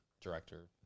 director